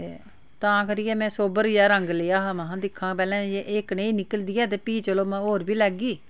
ते तां करियै में सोबर जेहा रंग लेआ हा महां दिक्खां पैह्ले एह् कनेही निकलदी ऐ ते फ्ही चलो में होर बी लैगी